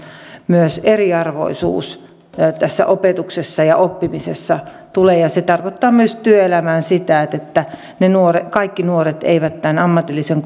myös eriarvoisuus tässä opetuksessa ja oppimisessa ja se tarkoittaa myös työelämään sitä että kaikki nuoret eivät tämän ammatillisen